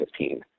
2015